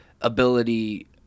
ability